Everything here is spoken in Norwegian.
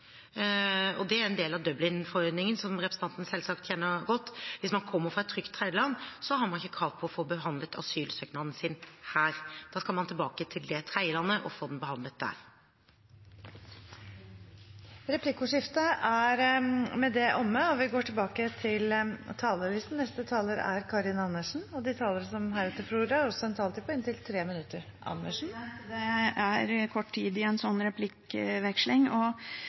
Det er en del av Dublin-forordningen, som representanten selvsagt kjenner godt. Hvis man kommer fra et trygt tredjeland, har man ikke krav på å få behandlet asylsøknaden sin her. Da skal man tilbake til det tredjelandet og få den behandlet der. Replikkordskiftet er omme. De talerne som heretter får ordet, har også en taletid på inntil 3 minutter. Det er kort tid i en sånn replikkveksling.